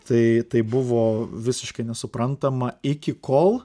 tai tai buvo visiškai nesuprantama iki kol